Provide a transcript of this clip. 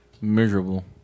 Miserable